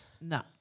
No